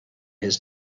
his